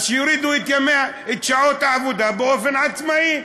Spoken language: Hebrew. אז שיורידו את שעות העבודה באופן עצמאי,